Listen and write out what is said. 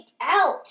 out